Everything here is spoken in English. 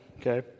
okay